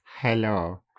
Hello